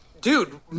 Dude